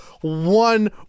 one